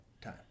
time